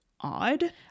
odd